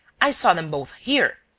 i saw them both here.